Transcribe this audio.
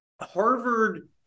Harvard